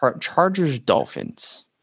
Chargers-Dolphins